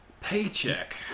paycheck